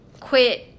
quit